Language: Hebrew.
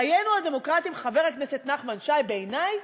חיינו הדמוקרטיים, חבר הכנסת נחמן שי, בעיני,